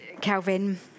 Calvin